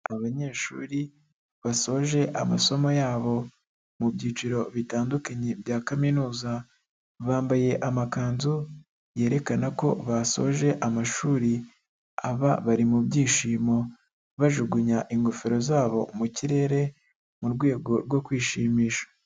Abanyeshuri basoje amasomo yabo mu byiciro bitandukanye bya kaminuza, bambaye amakanzu, yerekana ko basoje amashuri. Aba bari mu byishimo, bajugunya ingofero zabo mu kirere mu rwego rwo kwishimisha.